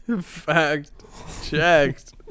Fact-checked